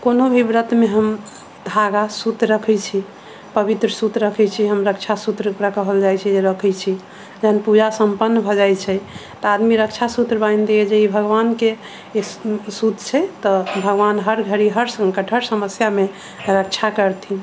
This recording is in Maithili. कोनो भी ब्रत मे हम धागा सूत रखै छी पवित्र सूत्र रखै छी हम रक्षा सूत्र ओकरा कहल जाइ छै जे रखै छी जहन पूजा सम्पन्न भऽ जाइ छै तऽ आदमी रक्षा सूत्र बाँधि दैया जे ई भगबान के ई सू सूत छै तऽ भगबान हर घड़ी हर सङ्कट हर समस्या मे रक्षा करथिन